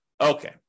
Okay